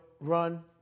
run